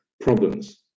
problems